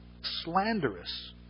slanderous